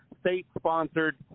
state-sponsored